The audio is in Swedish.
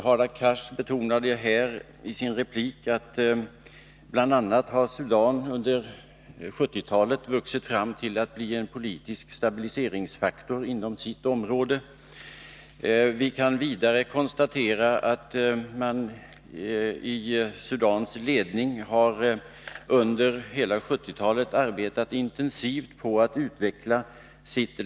Hadar Cars betonade i sin replik att bl.a. har Sudan under 1970-talet vuxit fram till att bli en politisk stabiliseringsfaktor inom sitt område. Vi kan vidare konstatera att man i Sudans ledning under hela 1970-talet intensivt arbetat på att utveckla Sudan.